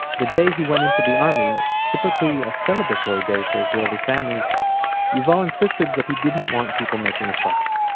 the day he went into the army typically a celebratory day for israeli families yuval insisted that he didn't want people making a fuss.